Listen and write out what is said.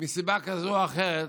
מסיבה כזאת או אחרת,